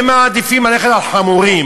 הם מעדיפים לנסוע על חמורים,